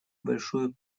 большую